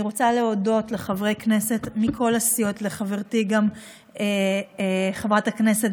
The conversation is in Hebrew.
אני רוצה להודות לחברי כנסת מכל הסיעות וגם לחברתי חברת הכנסת